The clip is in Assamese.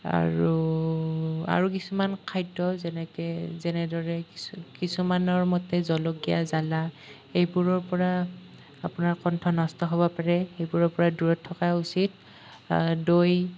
আৰু আৰু কিছুমান খাদ্য যেনেকৈ যেনেদৰে কিছু কিছুমানৰ মতে জলকীয়া জালা এইবোৰৰ পৰা আপোনাৰ কণ্ঠ নষ্ট হ'ব পাৰে এইবোৰৰ পৰা দূৰৈত থকাই উচিত দৈ